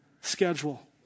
schedule